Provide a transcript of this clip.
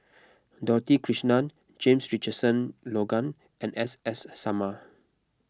Dorothy Krishnan James Richardson Logan and S S Sarma